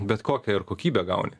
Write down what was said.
bet kokią ir kokybę gauni